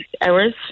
hours